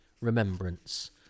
remembrance